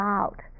out